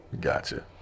Gotcha